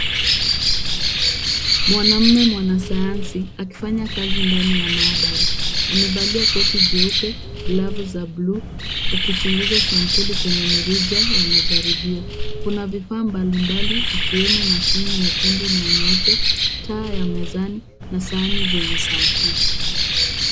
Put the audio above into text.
Mwanaume mwanasayansi akifanya kazi ndani ya maabara. Amevalia koti jeupe, glavu za buluu akichunguza sampuli kwenye mirija ya majaribio. Kuna vifaa mbali mbali ikiwemo mashini nyekundu na nyeupe, taa ya mezani na sahani zenye sampuli.